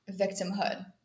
victimhood